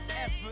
effort